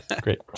great